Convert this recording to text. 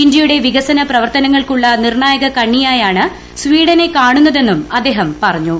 ഇന്ത്യയുടെ വികസന പ്രവർത്തനങ്ങൾക്കുള്ള നിർണ്ണായക കണ്ണിയായാണ് സ്വീഡനെ കാണുന്നതെന്നും അദ്ദേഹം പറഞ്ഞു